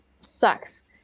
sucks